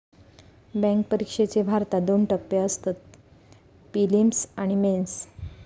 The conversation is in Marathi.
बॅन्क परिक्षेचे भारतात दोन टप्पे असतत, पिलिम्स आणि मेंस